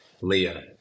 Leah